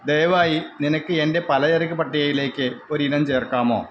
ദയവായി നിനക്ക് എൻ്റെ പലചരക്ക് പട്ടികയിലേക്ക് ഒരിനം ചേർക്കാമോ